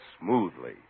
smoothly